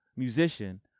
Musician